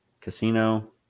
Casino